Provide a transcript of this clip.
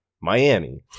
Miami